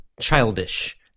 childish